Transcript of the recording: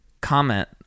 comment